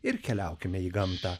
ir keliaukime į gamtą